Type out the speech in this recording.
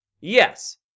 Yes